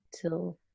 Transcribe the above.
till